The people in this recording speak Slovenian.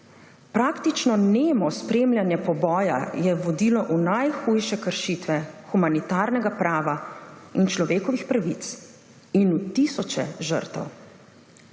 Praktično nemo spremljanje poboja je vodilo v najhujše kršitve humanitarnega prava in človekovih pravic in v tisoče žrtev.